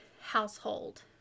household